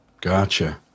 Gotcha